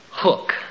hook